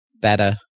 better